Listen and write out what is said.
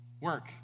work